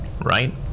right